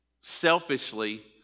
selfishly